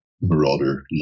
Marauder